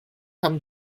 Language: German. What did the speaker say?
haben